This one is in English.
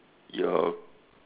your